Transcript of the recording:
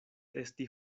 esti